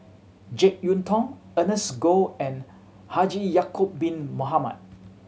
Jek Yeun Thong Ernest Goh and Haji Ya'acob Bin Mohamed